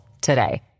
today